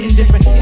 different